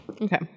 Okay